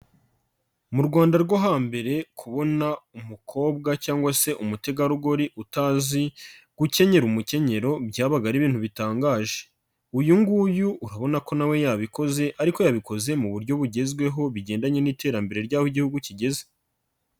Mu Rwanda rwo hambere kubona umukobwa cyangwa se umutegarugori utazi gukenyera umukenyero, byabaga ari ibintu bitangaje. Uyu nguyu urabona ko na we yabikoze ariko yabikoze mu buryo bugezweho bigendanye n'iterambere ry'aho igihugu kigeze.